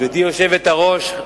גברתי היושבת-ראש,